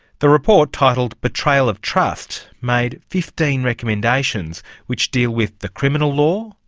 the report, title betrayal of trust, made fifteen recommendations, which deal with the criminal law,